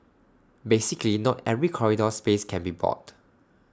basically not every corridor space can be bought